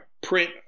print